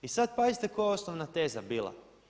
I sad pazite koja je osnovna teza bila?